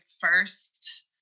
first